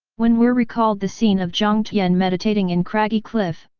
when weir recalled the scene of jiang tian meditating in craggy cliff,